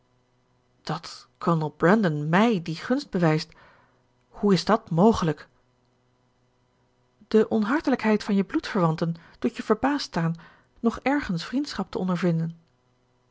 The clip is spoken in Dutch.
dat kolonel brandon mij die gunst bewijst hoe is dat mogelijk de onhartelijkheid van je bloedverwanten doet je verbaasd staan nog ergens vriendschap te ondervinden